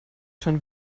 schon